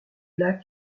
lac